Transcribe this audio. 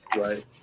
Right